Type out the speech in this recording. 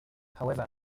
however